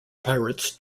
pirates